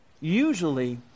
usually